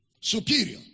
Superior